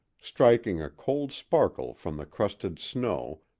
striking a cold sparkle from the crusted snow,